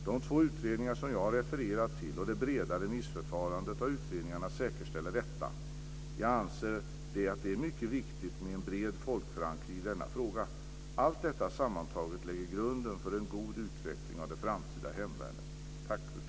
De två utredningar som jag har refererat till och det breda remissförfarandet av utredningarna säkerställer detta. Jag anser att det är mycket viktigt med en bred folkförankring i denna fråga. Allt detta sammantaget lägger grunden till en god utveckling av det framtida hemvärnet.